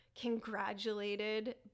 congratulated